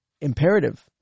imperative